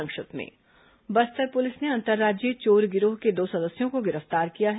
संक्षिप्त समाचार बस्तर पुलिस ने अंतर्राज्यीय चोर गिरोह के दो सदस्यों को गिरफ्तार किया है